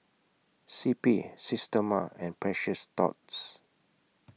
C P Systema and Precious Thots